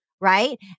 right